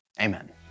Amen